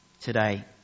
today